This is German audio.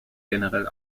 generell